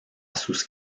sus